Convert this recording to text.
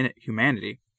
humanity